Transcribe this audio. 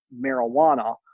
marijuana